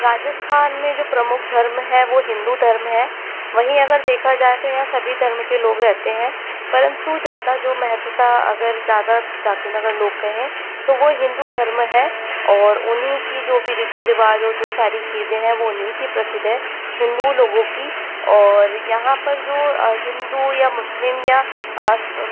राजस्थान में जो प्रमुख धर्म हैं वो हिंदू धर्म है वहीं अगर देखा जाए तो यहाँ सभी धर्म के लोग रहते हैं परंतु ज़्यादा जो महत्वता अगर ज़्यादा जाति में अगर लोग कहें तो वो हिंदू धर्म है और उन्हीं की जो भी रीती रिवाज और जो सारी चीज़ें हैं वो उन्हीं की प्रसिद्ध हैं हिन्दू लोगों की और यहाँ पर जो हिंदू या मुस्लिम या